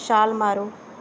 ਛਾਲ ਮਾਰੋ